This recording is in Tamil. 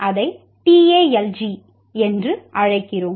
அதை TALG என்று அழைக்கிறோம்